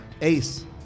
Ace